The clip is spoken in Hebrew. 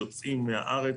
יוצאים מהארץ,